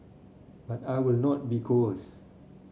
but I will not be coerced